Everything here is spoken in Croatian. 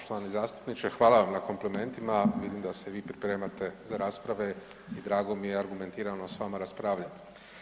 Poštovani zastupniče hvala vam na komplimentima, vidim da se i vi pripremate za rasprave i drago mi je argumentirano s vama raspravljati.